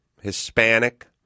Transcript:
Hispanic